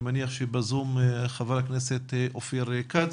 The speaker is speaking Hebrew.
אני מניח שבזום חבר הכנסת אופיר כץ.